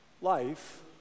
life